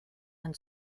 and